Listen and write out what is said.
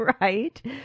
Right